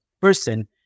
person